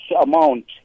amount